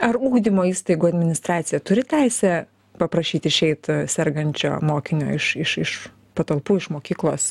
ar ugdymo įstaigų administracija turi teisę paprašyt išeit sergančio mokinio iš iš iš patalpų iš mokyklos